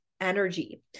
energy